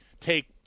take